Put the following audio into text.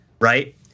right